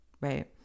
right